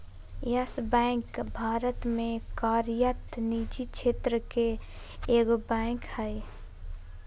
yes Bank Bharat में कार्यरत निजी क्षेत्र के एगो बैंक हइ